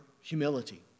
humility